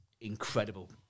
incredible